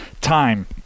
time